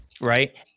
right